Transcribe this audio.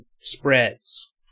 spreads